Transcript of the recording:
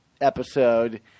episode